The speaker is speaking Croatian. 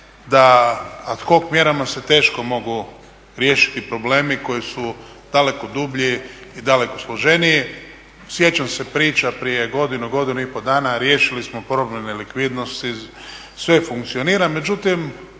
da ad hoc mjerama se teško mogu riješiti problemi koji su daleko dublji i daleko složeniji. Sjećam se priča prije godinu, godinu i pol dana, riješili smo problem nelikvidnosti, sve funkcionira, međutim